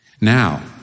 Now